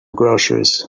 groceries